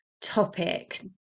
topic